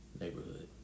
neighborhood